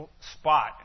spot